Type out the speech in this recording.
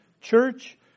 church